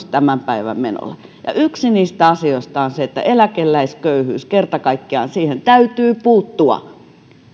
tämän päivän menolle ja yksi niistä asioista on se että eläkeläisköyhyyteen kerta kaikkiaan täytyy puuttua